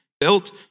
built